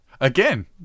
again